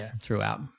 throughout